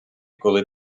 коли